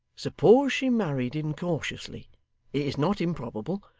suppose she married incautiously it is not improbable,